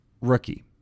rookie